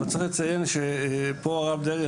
אבל צריך לציין שפה הרב דרעי,